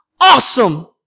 awesome